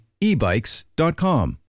ebikes.com